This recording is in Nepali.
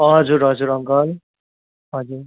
हजुर हजुर अङ्कल हजुर